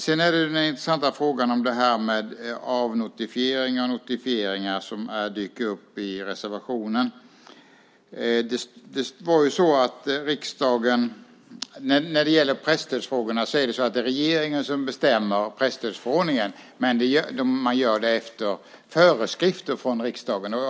Sedan gäller det den intressanta frågan om avnotifieringar och notifieringar som dyker upp i reservationen. När det gäller frågor som presstödet är det regeringen som bestämmer presstödsförordningen men den gör det efter föreskrifter från riksdagen.